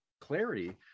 clarity